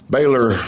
Baylor